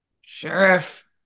Sheriff